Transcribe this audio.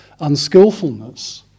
unskillfulness